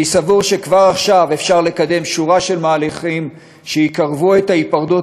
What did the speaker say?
אני סבור שכבר עכשיו אפשר לקדם שורה של מהלכים שיקרבו את ההיפרדות